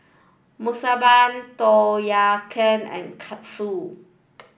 Monsunabe Tom Kha and Katsudon